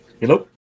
Hello